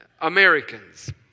Americans